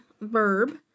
verb